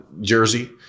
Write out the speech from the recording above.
jersey